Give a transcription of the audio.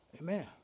Amen